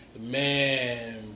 man